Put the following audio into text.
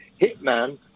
Hitman